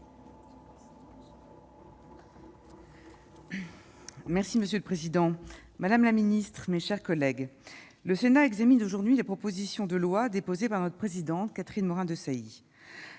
Merci monsieur le Président, Madame la Ministre, mes chers collègues, le Sénat examine aujourd'hui la proposition de loi déposée par le président, Catherine Morin-Desailly,